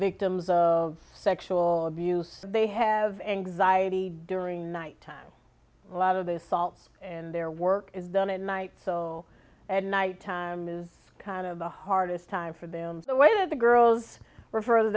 victims of sexual abuse they have anxiety during night time a lot of the assaults and their work is done at night so at night time is kind of the hardest time for them the way that the girls were for the